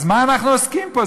אז במה אנחנו עוסקים פה?